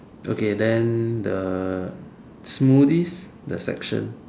okay then the smoothies the section